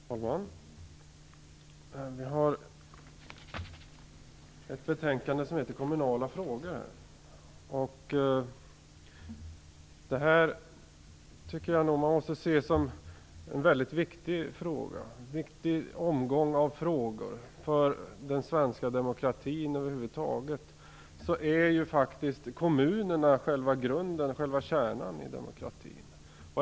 Fru talman! Vi har ett betänkande som heter Kommunala frågor här. Jag tycker att man måste se det som en väldigt viktig omgång av frågor. För den svenska demokratin är kommunerna faktiskt själva grunden och kärnan.